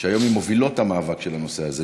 שהיום היא ממובילות המאבק בנושא הזה.